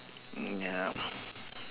mm ya